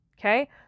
Okay